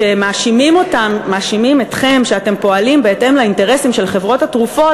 כשמאשימים אתכם שאתם פועלים בהתאם לאינטרסים של חברות התרופות,